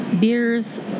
beers